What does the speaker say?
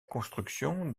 construction